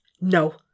No